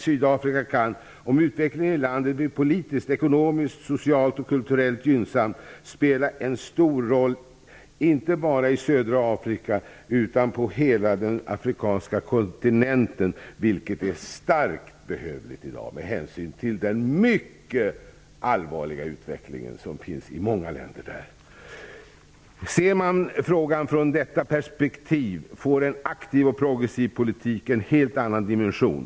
Sydafrika kan, om utvecklingen i landet blir politiskt, ekonomiskt, socialt och kulturellt gynnsam, spela en stor roll inte bara i södra Afika utan på hela den afrikanska kontinenten, vilket i dag är starkt behövligt, med hänsyn till den mycket allvarliga utvecklingen i många länder i området. Ser man frågan från detta perspektiv får en aktiv och progressiv politik en helt annan dimension.